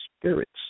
spirits